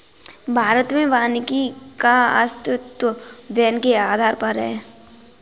भारत में वानिकी का अस्तित्व वैन के आधार पर है